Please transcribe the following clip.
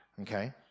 Okay